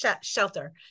shelter